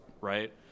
right